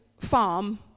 farm